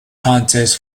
contest